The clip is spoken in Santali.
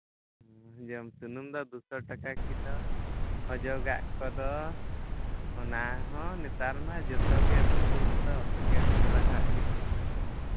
ᱡᱚᱢ ᱥᱩᱱᱩᱢ ᱫᱚ ᱫᱩᱥᱚ ᱴᱟᱠᱟ ᱠᱤᱞᱳ ᱚᱡᱚᱜᱟᱜ ᱠᱚᱫᱚ ᱚᱱᱟᱦᱚᱸ ᱱᱮᱛᱟᱨ ᱢᱟ ᱡᱚᱛᱚᱜᱮ ᱵᱳᱛᱚᱞ ᱛᱚ ᱯᱮᱠᱮᱴ ᱠᱚᱨᱟᱣᱟᱜ ᱜᱮ